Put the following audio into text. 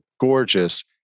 gorgeous